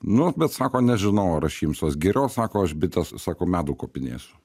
nu bet sako nežinau ar aš imsiuos geriau sako aš bites sako medų kopinėsiu